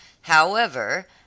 However